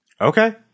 Okay